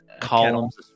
columns